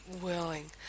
willing